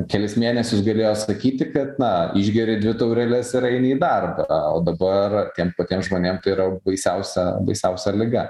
kelis mėnesius galėjo sakyti kad na išgeri dvi taureles ir eini į darbą o dabar tiem patiem žmonėm tai yra baisiausia baisiausia liga